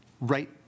right